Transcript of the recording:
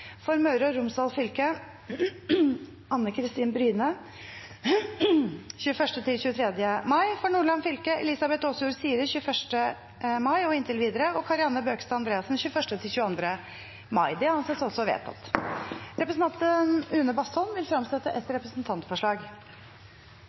For Møre og Romsdal fylke: Anne Kristin Bryne 21.–23. mai For Nordland fylke: Elizabeth Åsjord Sire 21. mai og inntil videre og Kari Anne Bøkestad Andreassen 21.–22. mai Representanten Une Bastholm vil fremsette et representantforslag. Jeg har gleden av å sette fram et